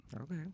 Okay